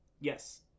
Yes